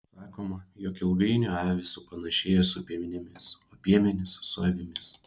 sakoma jog ilgainiui avys supanašėja su piemenimis o piemenys su avimis